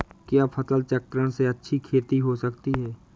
क्या फसल चक्रण से अच्छी खेती हो सकती है?